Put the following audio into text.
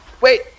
wait